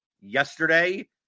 yesterday